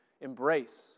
embrace